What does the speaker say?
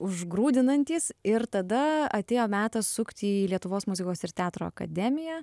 užgrūdinantys ir tada atėjo metas sukti į lietuvos muzikos ir teatro akademiją